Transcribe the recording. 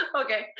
okay